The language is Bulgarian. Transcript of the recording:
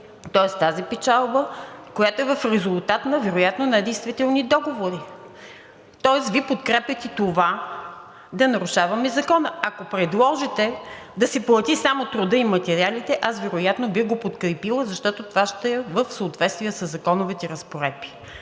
тоест тази печалба, която е в резултат на вероятно недействителни договори, тоест Вие подкрепяте това, да нарушаваме закона. Ако предложите да се плати само трудът и материалите, аз вероятно бих го подкрепила, защото това ще е в съответствие със законовите разпоредби